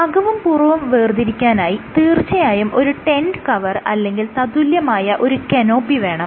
അകവും പുറവും വേർതിരിക്കാനായി തീർച്ചയായും ഒരു ടെന്റ് കവർ അല്ലെങ്കിൽ അതിന് തത്തുല്യമായ ഒരു കനോപ്പി വേണം